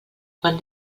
quan